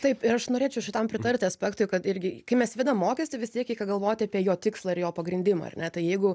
taip ir aš norėčiau šitam pritarti aspektui kad irgi kai mes įvedam mokestį vis tiek reikia galvoti apie jo tikslą ir jo pagrindimą net tai jeigu